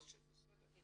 בסדר.